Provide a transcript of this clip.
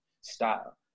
style